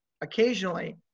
occasionally